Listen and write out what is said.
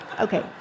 Okay